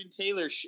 Taylor